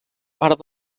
part